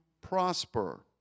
prosper